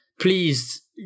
please